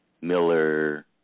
Miller